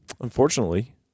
Unfortunately